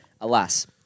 Alas